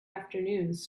afternoons